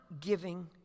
giving